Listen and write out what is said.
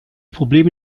probleme